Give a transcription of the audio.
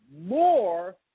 more